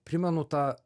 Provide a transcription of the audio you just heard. primenu tą